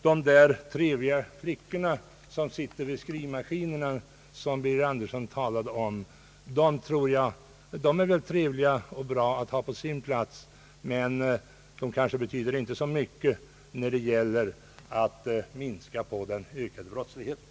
De där trevliga flickorna som sitter vid skrivmaskiner och som herr Birger Andersson talade om är väl i och för sig trevliga och bra att ha på sin plats, men de kanske inte betyder så mycket när det gäller att nedbringa den ökade brottsligheten.